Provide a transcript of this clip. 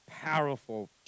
powerful